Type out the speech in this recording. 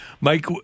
Mike